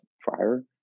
prior